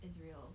israel